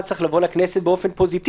אבל אז צריך לבוא לכנסת באופן פוזיטיבי,